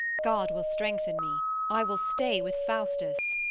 god will strengthen me i will stay with faustus.